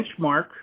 Benchmark